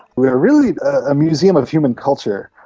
we're really a museum of human culture.